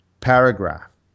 paragraph